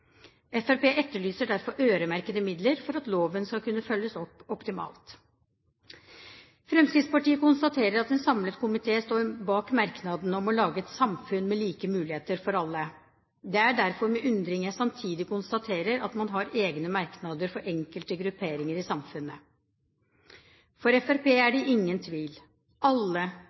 Fremskrittspartiet etterlyser derfor øremerkede midler for at loven skal kunne følges opp optimalt. Fremskrittspartiet konstaterer at en samlet komité står bak merknaden om å lage et samfunn med like muligheter for alle. Det er derfor med undring jeg samtidig konstaterer at man har egne merknader for enkelte grupperinger i samfunnet. For Fremskrittspartiet er det ingen tvil: Alle,